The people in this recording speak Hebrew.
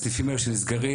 הסניפים האלה שנסגרים,